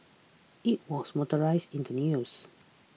it was mortalised in the news